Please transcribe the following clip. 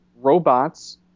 robots